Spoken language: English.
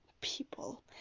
people